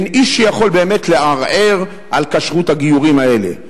אין איש שיכול באמת לערער על כשרות הגיורים האלה.